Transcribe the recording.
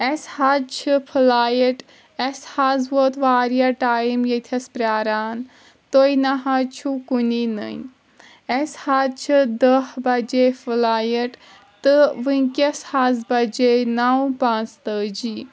اَسہِ حظ چھِ فِلایِٹ اَسہِ حظ ووت وارِیاہ ٹایِم ییٚتٮ۪س پرٛاران تُہۍ نہ حظ چھو کُنی نٕنۍ اسہِ حظ چھِ دٕہہ بَجے فٕلایِٹ تہٕ وٕنۍکٮ۪س حظ بَجیٚیہِ نَو پانٛژتٲجی